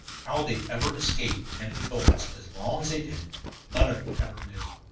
how they ever escaped the enemy bullets as long as they did none of them ever knew,